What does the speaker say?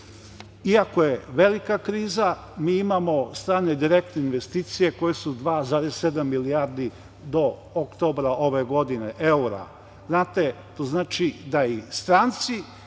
Iako je velika kriza, mi imamo strane direktne investicije koje su 2,7 milijardi evra do oktobra ove godine. Znate, to znači da i stranci